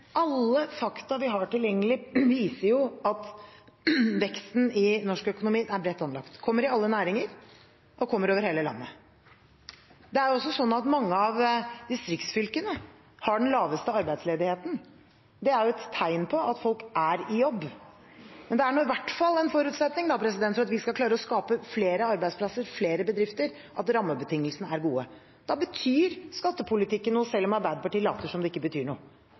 bredt anlagt, kommer i alle næringer og over hele landet. Det er også sånn at mange av distriktsfylkene har den laveste arbeidsledigheten. Det er et tegn på at folk er i jobb. Det er i hvert fall en forutsetning for at vi skal klare å skape flere arbeidsplasser, flere bedrifter, at rammebetingelsene er gode. Da betyr skattepolitikken noe, selv om Arbeiderpartiet later som det ikke betyr noe.